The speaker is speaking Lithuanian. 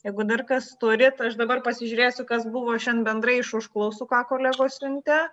jeigu dar kas turit aš dabar pasižiūrėsiu kas buvo šian bendrai iš užklausų ką kolegos siuntė